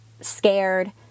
scared